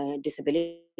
disability